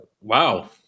wow